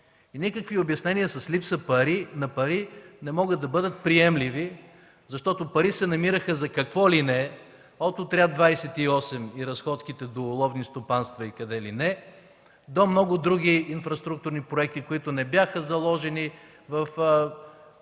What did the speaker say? никакви обяснения с липса на пари не могат да бъдат приемливи, защото пари се намираха за какво ли не – от „Авиоотряд 28”, разходките до ловни стопанства и къде ли не, до много други инфраструктурни проекти, които не бяха заложени в